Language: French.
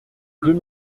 deux